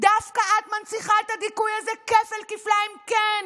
דווקא את מנציחה את הדיכוי הזה כפל-כפליים, כן,